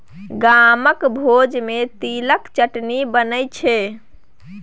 गामक भोज मे तिलक चटनी बनै छै